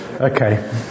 Okay